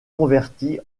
convertie